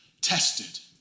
tested